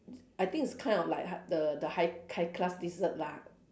I think it's kind of like hi~ the the high c~ high class dessert lah